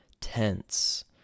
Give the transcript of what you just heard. tense